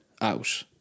out